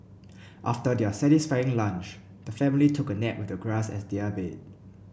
after their satisfying lunch the family took a nap with the grass as their bed